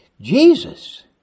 Jesus